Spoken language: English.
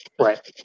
Right